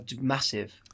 massive